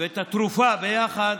ואת התרופה ביחד.